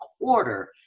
quarter